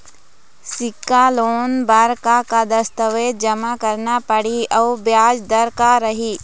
सिक्छा लोन बार का का दस्तावेज जमा करना पढ़ही अउ ब्याज दर का रही?